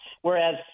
Whereas